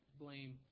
blame